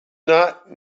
not